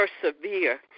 persevere